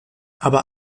aber